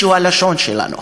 שהוא הלשון שלנו.